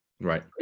right